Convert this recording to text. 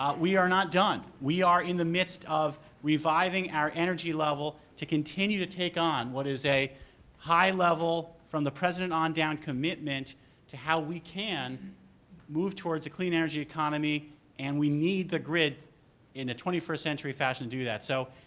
um we are not done. we are in the midst of reviving our energy level to continue to take on what is a high level, from the present on down, commitment to how we can move towards a clean energy economy and we need the grid in the twenty first century fashion to do that. so,